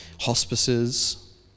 hospices